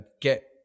get